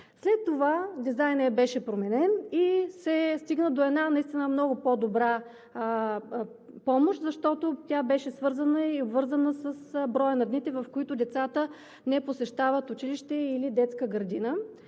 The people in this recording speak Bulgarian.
След това дизайнът ѝ беше променен и се стигна до една наистина много по-добра помощ, защото тя беше свързана и обвързана с броя на дните, в които децата не посещават училище или детска градина,